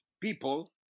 people